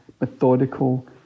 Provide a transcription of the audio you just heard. methodical